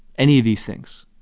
any of these things.